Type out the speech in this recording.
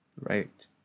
Right